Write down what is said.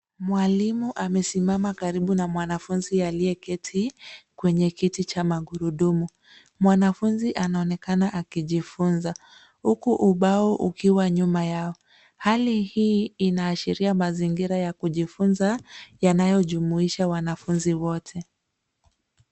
Mwalimu amesimama karibu na mwanafunzi aliyeketi kwenye kiti cha magurudumu. Mwanafunzi anaonekana akijifunza huku ubao ukiwa nyuma yao. Hali hii inaashiria mazingira ya kujifunza yanayojumuisha wanafunzi wote.